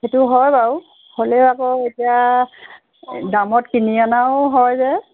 সেইটো হয় বাৰু হ'লেও আকৌ এতিয়া দামত কিনি অনাও হয় যে